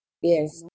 yes